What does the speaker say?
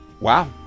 Wow